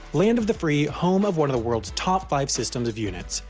land of the free, home of one of the world's top five systems of units.